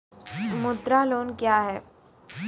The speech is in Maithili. मुद्रा लोन क्या हैं?